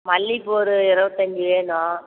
மல்லிகைப்பூ ஒரு இருவத்தஞ்சு வேணும்